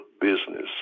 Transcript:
business